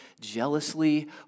jealously